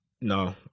No